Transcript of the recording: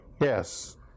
Yes